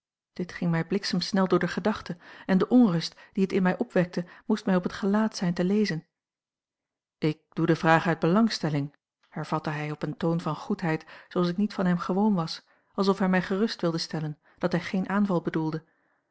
dit ging mij bliksemsnel door de gedachte en de onrust die het in mij opwekte moest mij op het gelaat zijn te lezen ik doe de vraag uit belangstelling hervatte hij op een toon van goedheid zooals ik niet van hem gewoon was alsof hij mij gerust wilde stellen dat hij geen aanval bedoelde